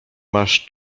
masz